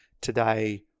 today